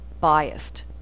biased